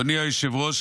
אדוני היושב-ראש,